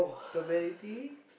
strawberry tea